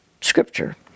scripture